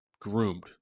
groomed